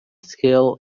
skill